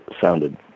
sounded